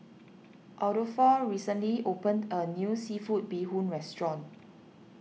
Adolfo recently opened a new Seafood Bee Hoon Restaurant